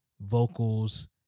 vocals